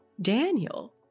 Daniel